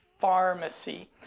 pharmacy